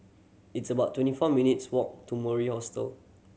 it's about twenty four minutes' walk to Mori Hostel